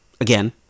Again